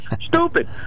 stupid